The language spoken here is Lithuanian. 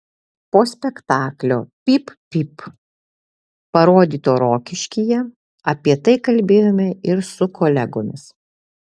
po spektaklio pyp pyp parodyto rokiškyje apie tai kalbėjome ir su kolegomis